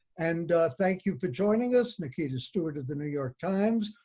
and thank you for joining us, nikita steward of the new york times.